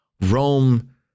Rome